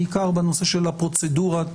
בעיקר בנושא של פרוצדורת